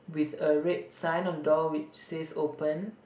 with a red sign on door which says open